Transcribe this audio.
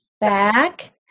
back